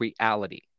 reality